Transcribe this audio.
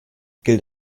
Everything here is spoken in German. gilt